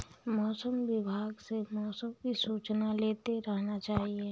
मौसम विभाग से मौसम की सूचना लेते रहना चाहिये?